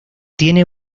tiene